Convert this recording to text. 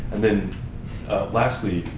and then lastly,